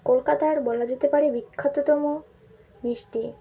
কলকাতার বলা যেতে পারে বিখ্যাততম মিষ্টি